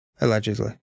Allegedly